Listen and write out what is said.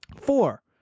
Four